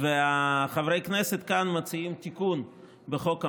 חברי הכנסת כאן מציעים כאן תיקון בחוק המכר,